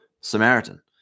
Samaritan